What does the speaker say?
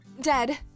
dead